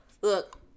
Look